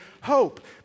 Hope